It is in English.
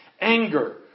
Anger